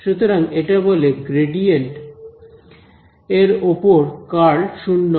সুতরাং এটা বলে গ্রেডিয়েন্ট এর ওপর কার্ল শূন্য হয়